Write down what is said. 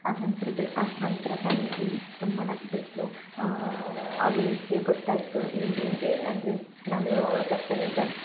ಆನಂತ್ರ ಕ್ ಆನಂತ್ರ ತಂಗಿ ತುಂಬ ನಕ್ ಬಿಟ್ಲು ಅವ್ಳಿಗೆ ವಿಷಯ ಗೊತ್ತಾಯಿತು ಹಿಂಗಿಂಗೆ ಅಂದರೆ ನಾನು ಅವ್ಳ ಬಟ್ಟಲಿಂದ